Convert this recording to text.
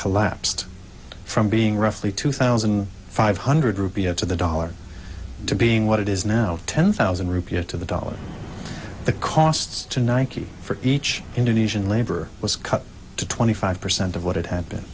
collapsed from being roughly two thousand five hundred rupee into the dollar to being what it is now ten thousand rupees to the dollar the costs to nike for each indonesian labor was cut to twenty five percent of what it had